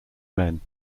men